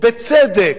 בצדק,